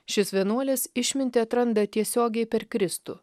šis vienuolis išmintį atranda tiesiogiai per kristų